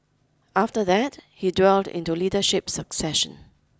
after that he dwelled into leadership succession